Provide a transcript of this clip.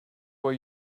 why